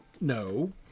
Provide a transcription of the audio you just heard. no